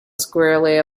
squarely